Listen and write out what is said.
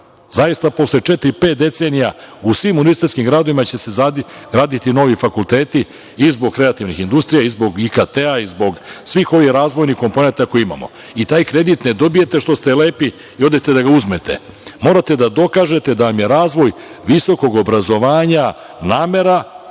Zaista, posle četiri, pet decenija u svim univerzitetskim gradovima će se graditi novi fakulteti i zbog kreativnih industrija i zbog IKT-a i zbog svih ovih razvojnih komponenata koje imamo. Taj kredit ne dobijete što ste lepi i odete da ga uzmete. Morate da dokažete da vam je razvoj visokog obrazovanja namera,